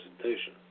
presentation